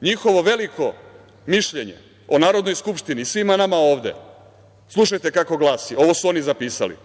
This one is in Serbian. Njihovo veliko mišljenje o Narodnoj skupštini i svima nama ovde, slušajte kako glasi, ovo su oni zapisali –